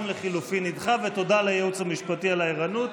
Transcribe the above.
גם לחלופין נדחה, ותודה לייעוץ המשפטי על הערנות.